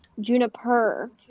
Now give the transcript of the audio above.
Juniper